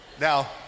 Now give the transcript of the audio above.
Now